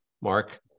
Mark